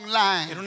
line